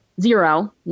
zero